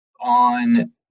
On